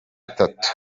itatu